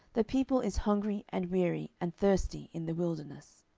the people is hungry, and weary, and thirsty, in the wilderness.